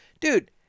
Dude